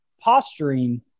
posturing